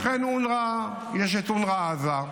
לכן יש את אונר"א עזה,